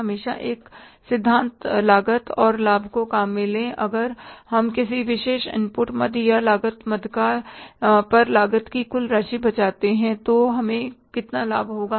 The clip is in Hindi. हमेशा एक सिद्धांत लागत और लाभ को काम में ले अगर हम किसी विशेष इनपुट मद या लागत मद पर लागत की कुछ राशि बचाते हैं तो हमें कितना लाभ होगा